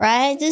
Right